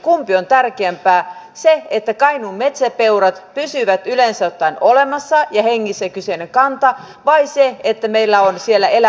kumpi on tärkeämpää se että kainuun metsäpeurat pysyvät yleensä ottaen olemassa ja hengissä kyseinen kanta vai se että meillä on siellä elävä susikanta